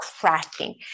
cracking